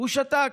הוא שתק.